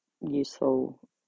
useful